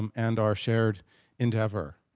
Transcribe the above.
um and our shared endeavor,